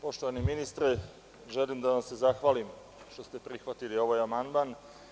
Poštovani ministre, želim da vam se zahvalim što ste prihvatili ovaj amandman.